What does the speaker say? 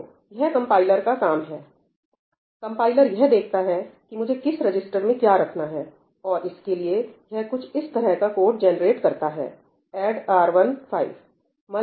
देखो यह कंपाइलर का काम है कंपाइलर यह देखता है कि मुझे किस रजिस्टर् में क्या रखना है और इसके लिए यह कुछ इस तरह का कोड जनरेटस करता है एड R1 5 मल R110